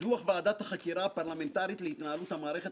דוח ועדת החקירה הפרלמנטרית להתנהלות המערכת